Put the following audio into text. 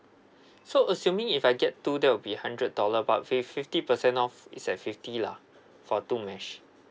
so assuming if I get two that will be hundred dollar but with fifty percent off it's at fifty lah for two mesh